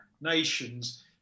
nations